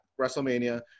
WrestleMania